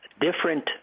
different